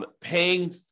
Paying